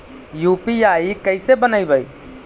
UPI कैसे बनइबै?